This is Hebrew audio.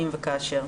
אם וכאשר.